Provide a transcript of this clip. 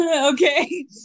okay